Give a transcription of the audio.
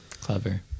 clever